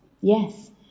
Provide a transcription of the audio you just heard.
yes